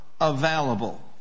available